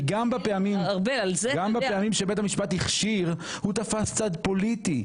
כי גם בפעמים שבית המשפט הכשיר הוא תפס צד פוליטי,